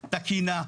תקינה,